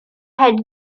had